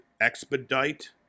expedite